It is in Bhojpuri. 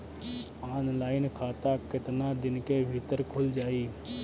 ऑनलाइन खाता केतना दिन के भीतर ख़ुल जाई?